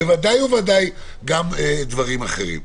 וודאי וודאי גם דברים אחרים.